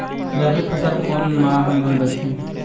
रबी फसल कोन माह म रथे?